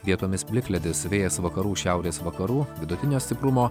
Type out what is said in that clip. vietomis plikledis vėjas vakarų šiaurės vakarų vidutinio stiprumo